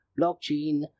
Blockchain